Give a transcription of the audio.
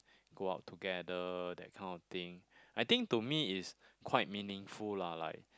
go out together that kind of thing I think to me is quite meaningful lah like